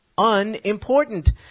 unimportant